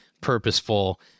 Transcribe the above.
purposeful